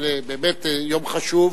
זה באמת יום חשוב,